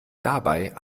dabei